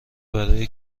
برای